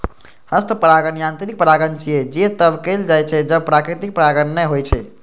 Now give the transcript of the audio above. हस्त परागण यांत्रिक परागण छियै, जे तब कैल जाइ छै, जब प्राकृतिक परागण नै होइ छै